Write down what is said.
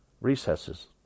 recesses